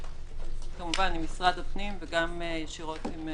כמובן עם משרד הפנים וגם ישירות.